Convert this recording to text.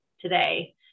today